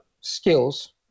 skills